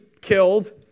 killed